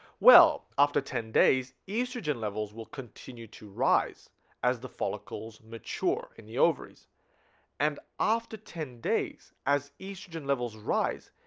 well after ten days estrogen levels will continue to rise as the follicles mature in the ovaries and after ten days as estrogen levels rise.